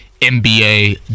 NBA